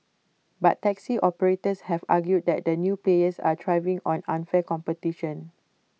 but taxi operators have argued that the new players are thriving on unfair competition